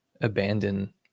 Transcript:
abandon